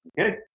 Okay